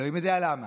אלוהים יודע למה,